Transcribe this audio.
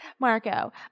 Marco